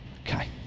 Okay